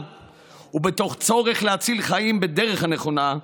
ומתוך צורך להציל חיים בדרך הנכונה.